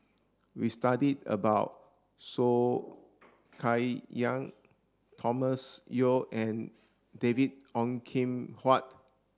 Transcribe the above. we studied about Soh Kay Yang Thomas Yeo and David Ong Kim Huat